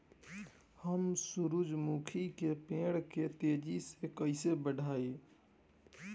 हम सुरुजमुखी के पेड़ के तेजी से कईसे बढ़ाई?